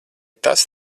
tas